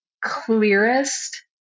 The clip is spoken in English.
clearest